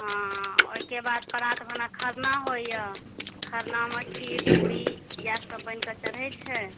हॅं ओहिकेबाद परात भने खरना होइया खरना मे खीर पूरी या सब बनि कऽ चढ़ै छै